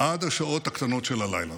עד השעות הקטנות של הלילה.